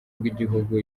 rw’igihugu